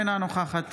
אינה נוכחת